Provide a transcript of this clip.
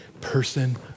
person